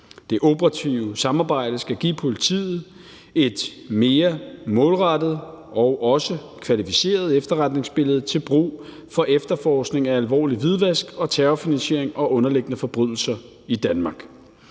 Det operative samarbejde skal give politiet et mere målrettet og også kvalificeret efterretningsbillede til brug for efterforskning af alvorlig hvidvask og terrorfinansiering og underliggende forbrydelser i Danmark.